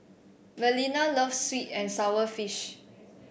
Melina loves sweet and sour fish